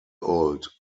old